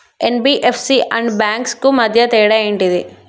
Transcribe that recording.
NBFC and banks కు మధ్య తేడా ఏంటిది?